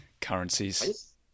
currencies